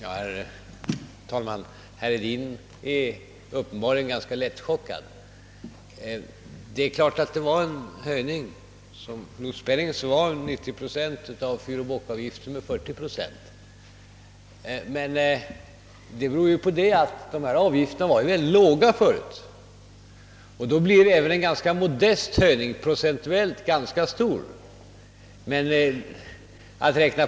Herr talman! Herr Hedin är uppenbarligen ganska lättehockad. Höjningen av lotspenningen uppgick visserligen till 90 procent och höjningen av fyroch båkavgiften till 40 procent, men det be rodde på att dessa avgifter förut var mycket låga. Då verkar även en ganska modest höjning procentuellt stor.